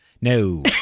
No